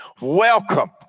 Welcome